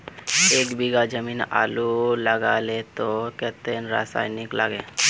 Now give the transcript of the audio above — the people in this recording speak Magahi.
एक बीघा जमीन आलू लगाले तो कतेक रासायनिक लगे?